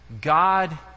God